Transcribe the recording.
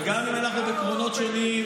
וגם אם אנחנו בקרונות שונים,